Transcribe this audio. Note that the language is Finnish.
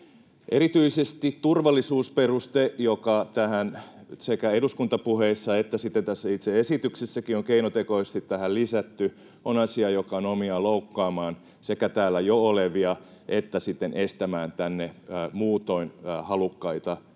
Erityisesti turvallisuusperuste, joka sekä eduskuntapuheissa että tässä itse esityksessäkin on keinotekoisesti lisätty, on asia, joka on omiaan sekä loukkaamaan täällä jo olevia että sitten estämään tänne muutoin halukkaita